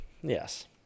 yes